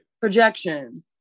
Projection